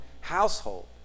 household